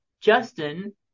Justin